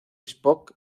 spock